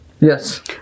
Yes